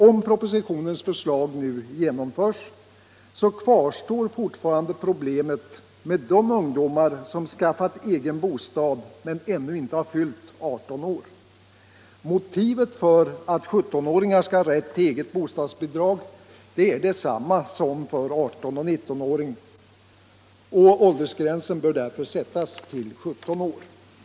Om propositionens förslag nu genomförs kvarstår fortfarande problemet med de ungdomar som skaffat egen bostad men ännu inte fyllt 18 år. Motiven för att 17 åringar skall ha rätt till eget bostadsbidrag är desamma som när det gäller 18 och 19-åringar. Åldersgränsen bör därför sättas till 17 år.